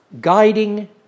guiding